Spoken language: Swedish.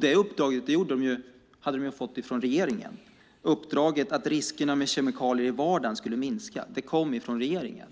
Det uppdraget hade de fått av regeringen. Uppdraget att riskerna med kemikalier i vardagen skulle minska kom från regeringen.